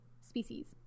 species